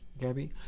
Gabby